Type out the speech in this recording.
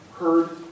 Heard